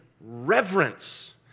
reverence